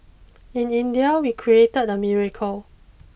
in India we created a miracle